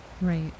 right